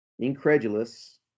incredulous